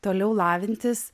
toliau lavintis